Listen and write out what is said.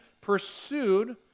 pursued